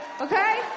Okay